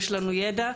יש לנו ידע,